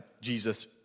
Jesus